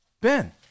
Ben